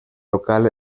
local